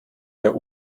der